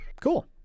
Cool